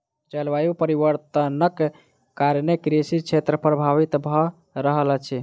जलवायु परिवर्तनक कारणेँ कृषि क्षेत्र प्रभावित भअ रहल अछि